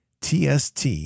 TST